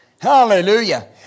Hallelujah